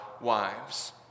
wives